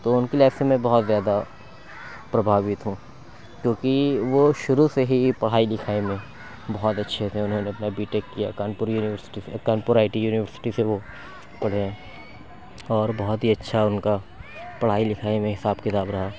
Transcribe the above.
تو ان کی لائف سے میں بہت زیادہ پربھاوت ہوں کیوں کہ وہ شروع سے ہی پڑھائی لکھائی میں بہت اچھے تھے انہوں نے اپنا بی ٹیک کیا کانپور یونیورسٹی سے کانپور آئی ٹی یونیورسٹی سے وہ پڑھے ہیں اور بہت ہی اچھا ان کا پڑھائی لکھائی میں حساب کتاب رہا